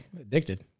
addicted